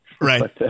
right